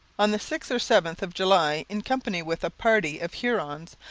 on the sixth or seventh of july, in company with a party of hurons,